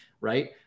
right